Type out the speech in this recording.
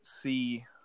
see –